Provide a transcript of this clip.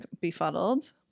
befuddled